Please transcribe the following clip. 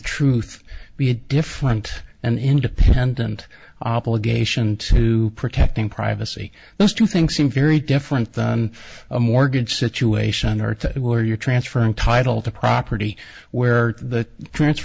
truth be different and independent obligation to protecting privacy those two things seem very different than a mortgage situation where you're transferring title to property where the